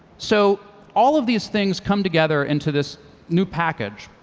so all of these things come together into this new package,